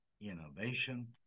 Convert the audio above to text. innovation